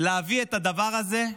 להביא את הדבר הזה,